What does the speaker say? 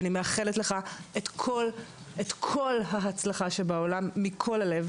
אני מאחלת לך את כל ההצלחה שבעולם מכל הלב.